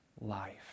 life